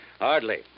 Hardly